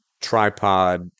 tripod